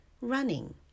running